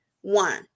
One